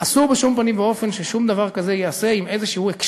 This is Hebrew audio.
אסור בשום פנים ואופן ששום דבר כזה ייעשה עם הקשר